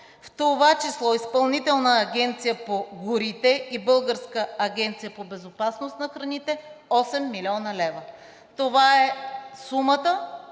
в това число Изпълнителната агенция по горите и Българската агенция по безопасност на храните 8 млн. лв.“ Това е сумата